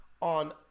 on